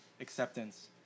acceptance